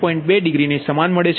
2 degree સમાન છે